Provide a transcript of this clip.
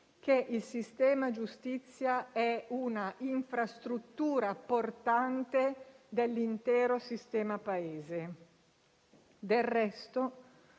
che il sistema giustizia è un'infrastruttura portante dell'intero sistema Paese. Del resto,